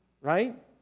right